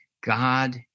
God